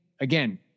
again